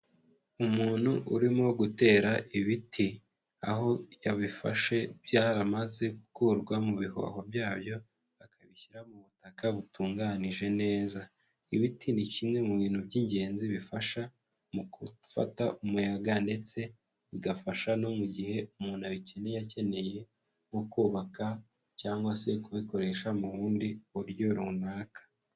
Umuntu urimo gutera ibiti aho yabifashe byaramaze gukurwa mu bihoho byabyo, akabishyira mu butaka butunganije neza. Ibiti ni kimwe mu bintu by'ingenzi bifasha mu gufata umuyaga ndetse bigafasha no mu gihe umuntu abikeneye akeneye nko kubaka cyangwa se kubikoresha mu bundi buryo runaka.